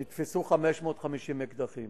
נתפסו 550 אקדחים.